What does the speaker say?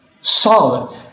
solid